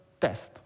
test